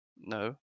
No